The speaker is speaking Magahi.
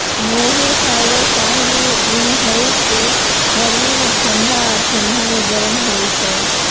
मोहिर फाइबर शाहि उन हइ के गर्मी में ठण्डा आऽ ठण्डा में गरम होइ छइ